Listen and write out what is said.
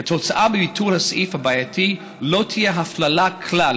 כתוצאה מביטול הסעיף הבעייתי לא תהיה הפללה כלל